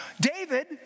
David